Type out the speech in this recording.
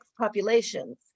populations